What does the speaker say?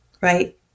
Right